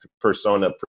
persona